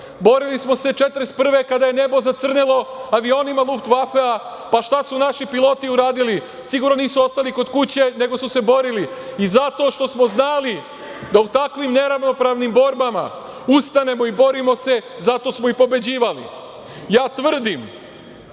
se. Borili smo se 1941. godine, kada je nebo zacrnelo avionima „Luftvafea“. Šta su naši piloti uradili? Sigurno nisu ostali kod kuće, nego su se borili i zato što smo znali da u takvim neravnopravnim borbama ustanemo i borimo se zato smo i pobeđivali. Ja tvrdim